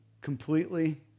completely